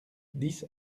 dix